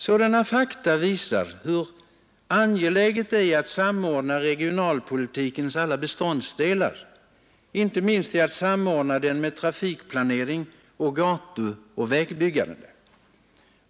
Sådana fakta visar hur angeläget det är att samordna regionalpolitikens alla beståndsdelar, inte minst att samordna dem med trafikplanering samt gatuoch vägbyggande.